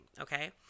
Okay